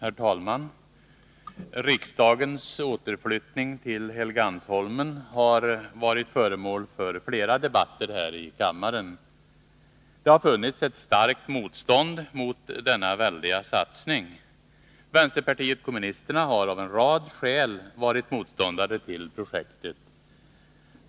Herr talman! Riksdagens återflyttning till Helgeandsholmen har varit föremål för flera debatter här i kammaren. Det har funnits ett starkt motstånd mot denna väldiga satsning. Vänsterpartiet kommunisterna har av en rad skäl varit motståndare till projektet.